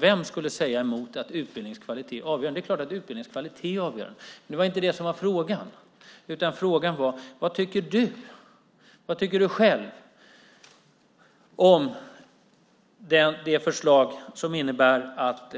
Vem skulle säga emot att utbildningens kvalitet är avgörande? Det är klart att den är avgörande, men det var inte frågan. Frågan var: Vad tycker du själv om det förslag som innebär att